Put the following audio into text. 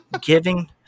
giving